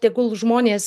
tegul žmonės